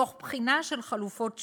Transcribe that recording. תוך בחינה של חלופות שונות.